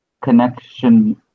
connection